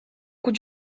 could